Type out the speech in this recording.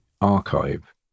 archive